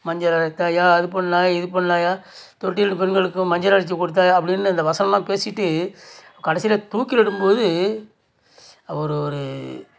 மஞ்சள் அரைத்தாயா அது பண்ணிணாயா இது பண்ணிணாயா தொட்டில் பெண்களுக்கும் மஞ்சள் அரைத்து கொடுத்தாயா அப்படின்னு இந்த வசனோலாம் பேசிவிட்டு கடைசியில் தூக்கிலிடும்போது அவரு ஒரு